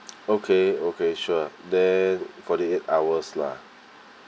okay okay sure then forty eight hours lah